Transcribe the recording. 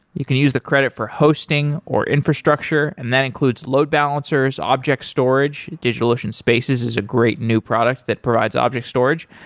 you can use the credit for hosting, or infrastructure, and that includes load balancers, object storage. digitalocean spaces is a great new product that provides object storage,